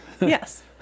Yes